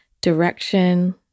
direction